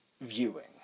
Viewing